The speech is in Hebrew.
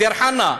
הוא מדיר-חנא,